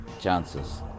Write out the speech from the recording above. chances